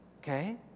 Okay